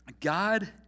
God